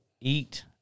eat